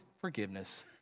forgiveness